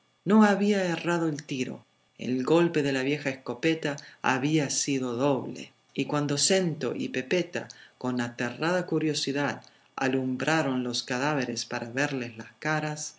no había errado el tiro el golpe de la vieja escopeta había sido doble y cuando snto y pepeta con aterrada curiosidad alumbraron los cadáveres para verles las caras